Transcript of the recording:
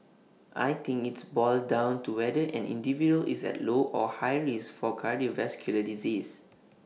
I think its boils down to whether an individual is at low or high risk for cardiovascular disease